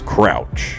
Crouch